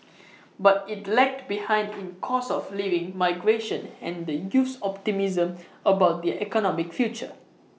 but IT lagged behind in cost of living migration and the youth's optimism about their economic future